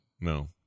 No